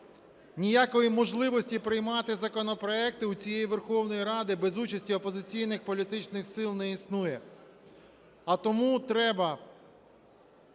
Ніякої можливості приймати законопроекти у цієї Верховної Ради без участі опозиційних політичних сил не існує.